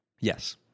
Yes